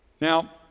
Now